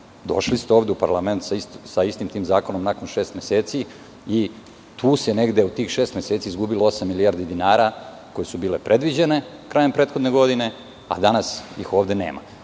Došli ste ovde u parlament sa istim tim zakonom nakon šest meseci i tu se negde u tih šest meseci izgubilo osam milijardi dinara koje su bile predviđene krajem prethodne godine, a danas ih ovde nema.